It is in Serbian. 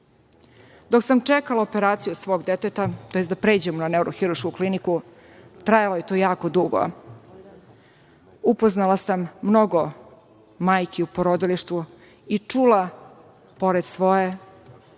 zna. Dok sam čekala operaciju svog deteta, to jest da pređem na neurohiruršku kliniku, trajalo je to jako dugo. Upoznala sam mnogo majki u porodilištu i čula, pored svoje,